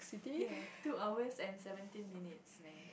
yea two hours and seventeen minutes man